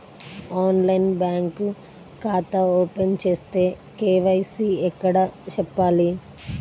ఆన్లైన్లో బ్యాంకు ఖాతా ఓపెన్ చేస్తే, కే.వై.సి ఎక్కడ చెప్పాలి?